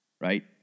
right